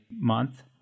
month